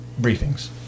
briefings